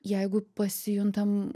jeigu pasijuntam